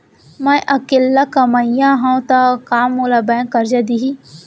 मैं अकेल्ला कमईया हव त का मोल बैंक करजा दिही?